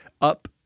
Up